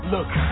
Look